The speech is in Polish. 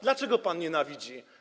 Dlaczego pan ich nienawidzi?